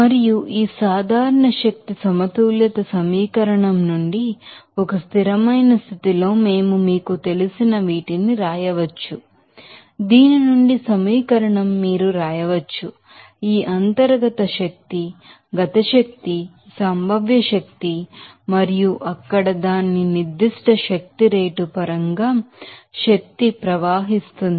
మరియు ఈ general energy balance equation నుండి ఒక స్టడీ స్టేట్ లో మేము మీకు తెలిసిన వీటిని వ్రాయవచ్చు దీని నుండి సమీకరణం మీరు వ్రాయవచ్చు ఈ internal energy potential energy kinetic energy మరియు అక్కడ దాని స్పెసిఫిక్ఎనెర్జి రేటు పరంగా శక్తిని ప్రవహిస్తుంది